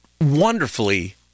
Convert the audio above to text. wonderfully